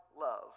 love